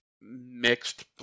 mixed